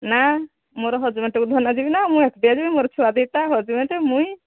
ନାଁ ମୋର ହଜବ୍ୟାଣ୍ଡ୍କୁ ଧରିଲେ ଯିବି ନା ମୁଁ ଏକୁଟିଆ ଯିବି ମୋର ଛୁଆ ଦୁଇଟା ହଜବ୍ୟାଣ୍ଡ୍ ମୁଇଁ